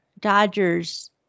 Dodgers